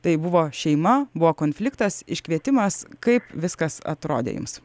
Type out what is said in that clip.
tai buvo šeima buvo konfliktas iškvietimas kaip viskas atrodė jums